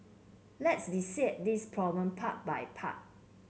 let's dissect this problem part by part